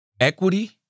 equity